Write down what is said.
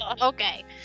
okay